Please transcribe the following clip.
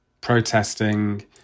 protesting